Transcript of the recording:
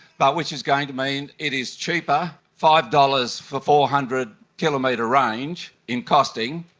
but which is going to mean it is cheaper, five dollars for four hundred kilometre range in costing,